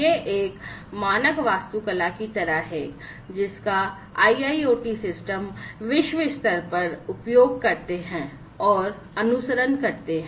यह एक मानक वास्तुकला की तरह है जिसका IIoT सिस्टम विश्व स्तर पर उपयोग करते हैं और अनुसरण करते हैं